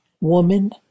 woman